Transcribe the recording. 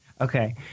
Okay